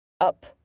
Up